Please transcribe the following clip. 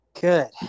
Good